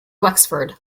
wexford